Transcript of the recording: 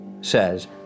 says